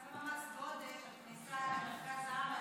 מס גודש בכניסה למרכז הארץ,